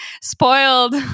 spoiled